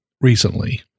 recently